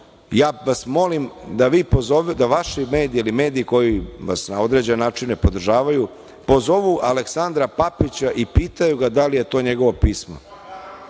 ja vas molim da vaši mediji ili mediji koji vas na određen način podržavaju, pozovu Aleksandra Papića i pitaju ga da li je to njegovo